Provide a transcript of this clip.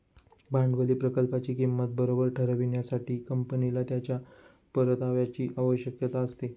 भांडवली प्रकल्पाची किंमत बरोबर ठरविण्यासाठी, कंपनीला त्याच्या परताव्याची आवश्यकता असते